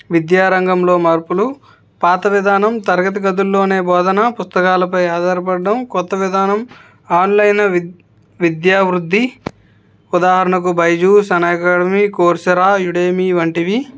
విద్యారంగంలో మార్పులు పాత విధానం తరగతి గదుల్లోనే బోధన పుస్తకాలపై ఆధారపడడం కొత్త విధానం ఆన్లైన్ విద్యావృద్ధి ఉదాహరణకు Byju's sun academy Coursera Udemy వంటివి